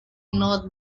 north